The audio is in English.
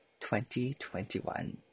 2021